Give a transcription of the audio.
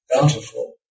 bountiful